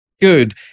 good